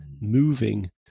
moving